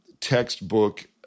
textbook